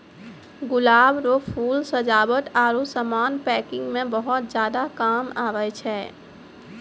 गुलाब रो फूल सजावट आरु समान पैकिंग मे बहुत ज्यादा काम आबै छै